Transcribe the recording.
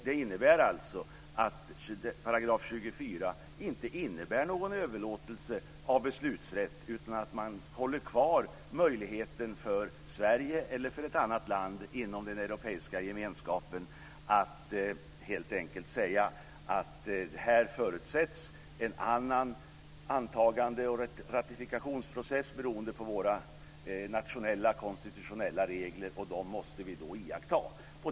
Det innebär att 24 § inte innebär någon överlåtelse av beslutsrätt. Man håller kvar möjligheten för Sverige eller för ett annat land inom den europeiska gemenskapen att helt enkelt säga att det förutsätts ett annat antagande och en annan ratifikationsprocess beroende på våra nationella konstitutionella regler, och dem måste vi iaktta.